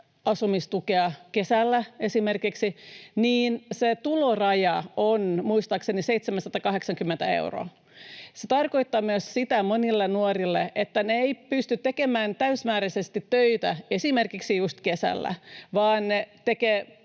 asumistukea esimerkiksi kesällä, niin se tuloraja on muistaakseni 780 euroa. Se tarkoittaa monille nuorille myös sitä, että he eivät pysty tekemään täysimääräisesti töitä esimerkiksi just kesällä, vaan he tekevät